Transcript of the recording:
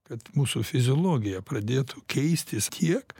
kad mūsų fiziologija pradėtų keistis tiek